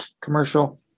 commercial